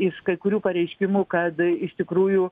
iš kai kurių pareiškimų kad iš tikrųjų